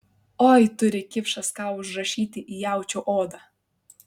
oi turi kipšas ką užrašyti į jaučio odą